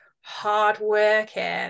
hardworking